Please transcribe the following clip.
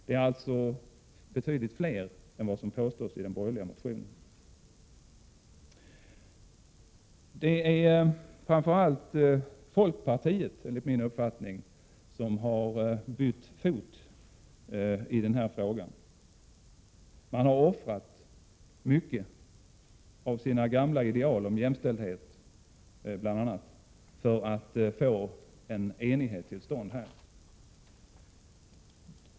De är alltså betydligt fler än vad som påstås i den borgerliga motionen. Enligt min uppfattning är det framför allt folkpartiet som har bytt fot i den här frågan. Man har offrat mycket av sina gamla ideal, bl.a. när det gäller jämställdheten, för att få en enighet till stånd här.